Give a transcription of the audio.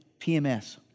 PMS